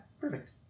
Perfect